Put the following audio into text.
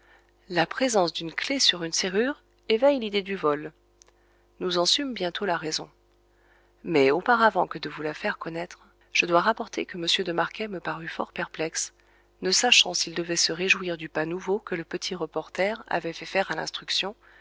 la présence d'une clef sur une serrure éveille l'idée du vol nous en sûmes bientôt la raison mais auparavant que de vous la faire connaître je dois rapporter que m de marquet me parut fort perplexe ne sachant s'il devait se réjouir du pas nouveau que le petit reporter avait fait faire à l'instruction